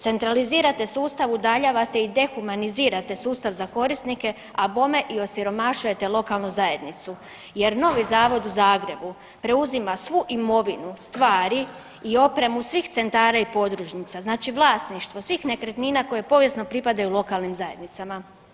Centralizirate sustav, udaljavate i dehumanizirate sustav za korisnike, a bome i osiromašujete lokalnu zajednicu jer novi Zavod u Zagrebu preuzima svu imovinu, stvari i opremu svih centara i podružnica, znači vlasništvo svih nekretnina koje povijesno pripadaju lokalnim zajednicama.